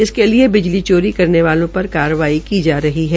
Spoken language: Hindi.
इसके चलते बिजली चोरी करने वालों पर कार्रवाई की जा रही है